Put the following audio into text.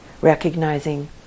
recognizing